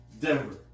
Denver